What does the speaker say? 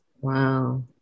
Wow